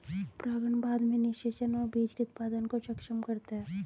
परागण बाद में निषेचन और बीज के उत्पादन को सक्षम करता है